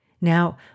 Now